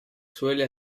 suele